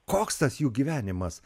koks tas jų gyvenimas